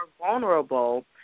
vulnerable